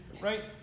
right